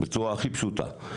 בצורה הכי פשוטה.